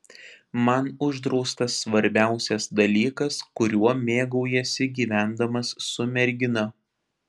man uždraustas svarbiausias dalykas kuriuo mėgaujiesi gyvendamas su mergina